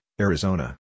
Arizona